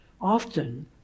Often